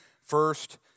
first